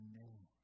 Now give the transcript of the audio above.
name